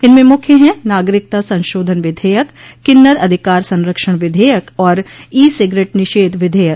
इनमें मुख्य हैं नागरिकता संशोधन विधेयक किन्नर अधिकार संरक्षण विधेयक और ई सिगरेट निषेध विधेयक